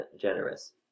generous